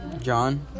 John